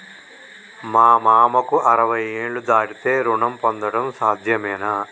మా మామకు అరవై ఏళ్లు దాటితే రుణం పొందడం సాధ్యమేనా?